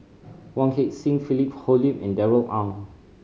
Wong Heck Sing Philip Hoalim and Darrell Ang